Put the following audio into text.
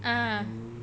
ah